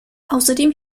außerdem